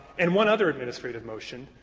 and one other administration motion,